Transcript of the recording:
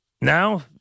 now